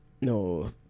No